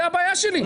זו הבעיה שלי,